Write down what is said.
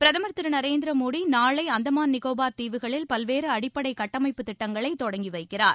பிரதமர் திரு நரேந்திர மோடி நாளை அந்தமான் நிக்கோபார் தீவுகளில் பல்வேறு அடிப்படை கட்டமைப்பு திட்டங்களை தொடங்கி வைக்கிறார்